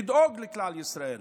לדאוג לכלל ישראל